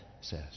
says